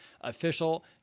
official